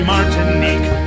Martinique